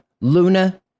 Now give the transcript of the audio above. Luna